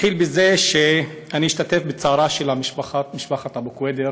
אתחיל בזה שאני משתתף בצערה של משפחת אבו קוידר